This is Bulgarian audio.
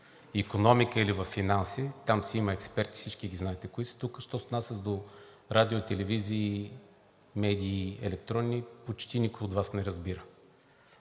икономика, или във финанси – там си има експерти и всички ги знаете кои са, тук, що се отнася до радио, телевизии, медии – и електронни, почти никой от Вас не разбира.